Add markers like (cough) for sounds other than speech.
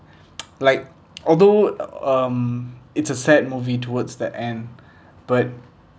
(noise) like although uh um it's a sad movie towards the end but